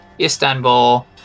Istanbul